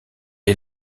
est